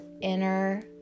inner